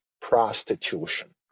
prostitution